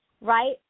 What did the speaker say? right